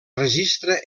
registra